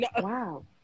Wow